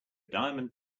diamond